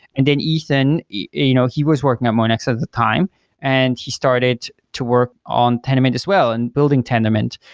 and then ethan, you know he was working at monex at the time and he started to work on tendermint as well and building tendermint.